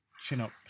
chin-up